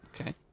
Okay